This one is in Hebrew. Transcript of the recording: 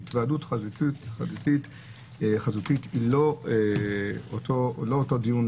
היוועדות חזותית היא לא אותו דיון,